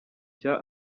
cya